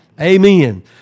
Amen